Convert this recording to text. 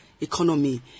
economy